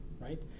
right